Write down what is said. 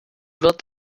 wird